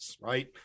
right